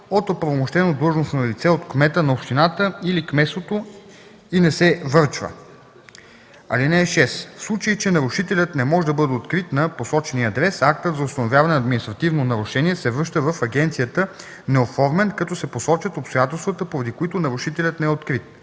от оправомощено длъжностно лице от кмета на общината или кметството и не се връчва. (6) В случай че нарушителят не може да бъде открит на посочения адрес, актът за установяване на административно нарушение се връща в агенцията неоформен, като се посочват обстоятелствата, поради които нарушителят не е открит.